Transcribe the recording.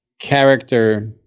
character